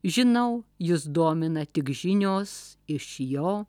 žinau jus domina tik žinios iš jo